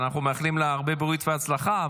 ואנחנו מאחלים לה הרבה בריאות והצלחה,